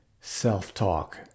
self-talk